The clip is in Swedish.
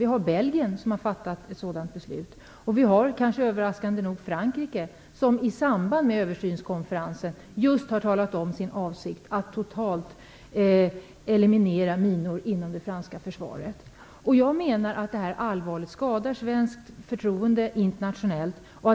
Vi har Belgien som har fattat ett sådant beslut och, överraskande nog, Frankrike som i samband med översynskonferensen har talat om sin avsikt att totalt eliminera minor inom det franska försvaret. Jag menar att detta allvarligt skadar förtroendet för Sverige internationellt.